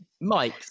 Mike